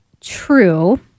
true